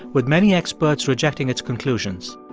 with many experts rejecting its conclusions.